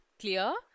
clear